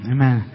Amen